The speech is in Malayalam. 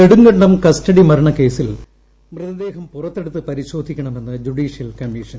നെടുങ്കണ്ടം കസ്റ്റഡി മരണ കേസിൽ മൃതദേഹം പുറ ത്തെടുത്ത് പരിശോധിക്കണമെന്ന് ജുഡീഷ്യൽ കമ്മീ ഷൻ